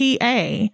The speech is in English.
PA